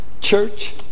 church